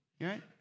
Right